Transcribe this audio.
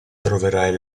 troverai